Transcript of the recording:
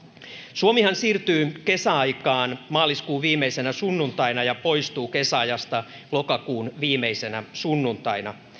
suomihan siirtyy kesäaikaan maaliskuun viimeisenä sunnuntaina ja poistuu kesäajasta lokakuun viimeisenä sunnuntaina